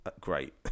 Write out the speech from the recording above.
great